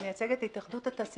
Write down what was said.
אני מייצגת את התאחדות התעשיינים.